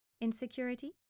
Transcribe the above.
insecurity